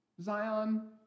Zion